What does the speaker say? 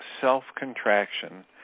self-contraction